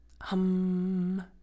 hum